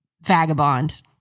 vagabond